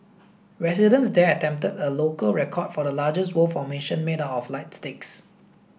residents there attempted a local record for the largest word formation made up of light sticks